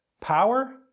power